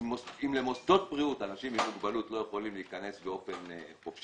אם למוסדות בריאות אנשים עם מוגבלות לא יכולים להיכנס באופן חופשי,